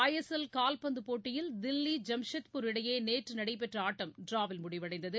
ஐ S L கால்பந்துப் போட்டியில் தில்லி ஜாம்ஷெட்பூர் இடையே நேற்று நடைபெற்ற ஆட்டம் டிராவில் முடிவடைந்தது